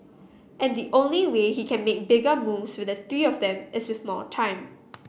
and the only way he can make bigger moves with the three of them is with more time